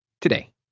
today